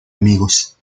amigos